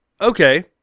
Okay